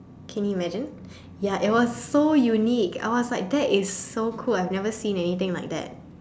can you imagine ya it was so unique I was like that is so cool I have never seen anything like that